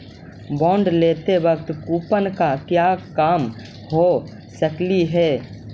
bond लेते वक्त coupon का क्या काम हो सकलई हे